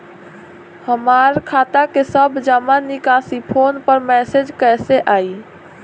हमार खाता के सब जमा निकासी फोन पर मैसेज कैसे आई?